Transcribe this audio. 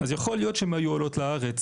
אז יכול להיות שהן היו עולות לארץ.